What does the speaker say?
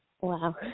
Wow